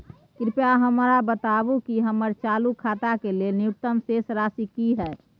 कृपया हमरा बताबू कि हमर चालू खाता के लेल न्यूनतम शेष राशि की हय